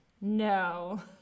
No